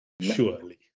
surely